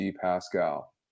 Pascal